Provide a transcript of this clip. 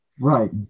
Right